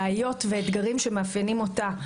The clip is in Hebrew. בעיות ואתגרים שמאפיינים אותה.